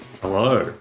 Hello